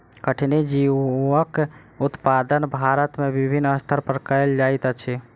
कठिनी जीवक उत्पादन भारत में विभिन्न स्तर पर कयल जाइत अछि